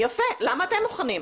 יפה, למה אתם מוכנים?